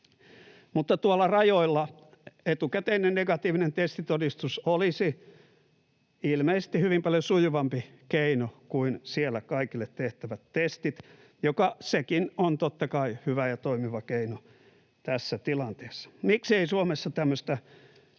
Mutta tuolla rajoilla etukäteinen negatiivinen testitodistus olisi ilmeisesti hyvin paljon sujuvampi keino kuin siellä kaikille tehtävät testit, joka sekin on totta kai hyvä ja toimiva keino tässä tilanteessa. Miksei Suomessa tämmöistä